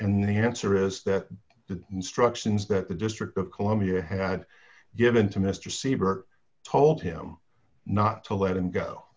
in the answer is that the instructions that the district of columbia had given to mister siebert told him not to let him go